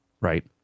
Right